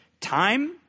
Time